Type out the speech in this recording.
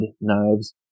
Knives